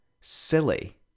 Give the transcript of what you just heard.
silly